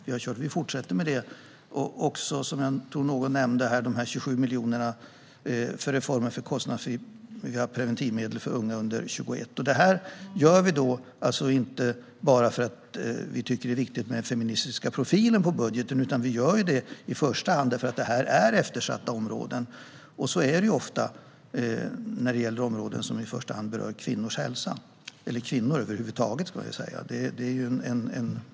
Vi avsätter också 27 miljoner för reformen om kostnadsfria preventivmedel för unga under 21 år. Detta gör vi inte bara för att vi tycker att det är viktigt med den feministiska profilen på budgeten, utan vi gör det i första hand för att detta är eftersatta områden. Så är det ofta när det gäller områden som i första hand berör kvinnors hälsa eller kvinnor över huvud taget.